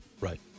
Right